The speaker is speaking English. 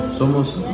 Somos